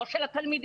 לא של התלמידים